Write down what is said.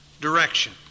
direction